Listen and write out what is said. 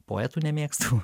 poetų nemėgstu